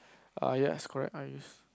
ah yes correct yes